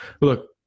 look